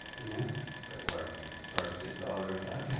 you know why? cause you charge six dollars every time?